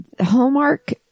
Hallmark